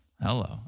Hello